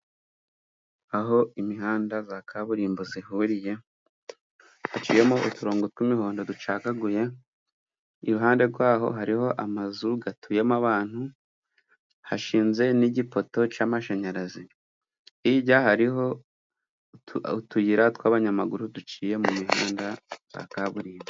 Aho imihanda ya kaburimbo ihuriye haciyemo uturongo tw'imihondo ducagaguye, iruhande rwaho hariho amazu atuyemo abantu, hashinze n'igipoto cy'amashanyarazi. Hirya hariho utuyira tw'abanyamaguru duciye mu mihanda ya kaburimbo.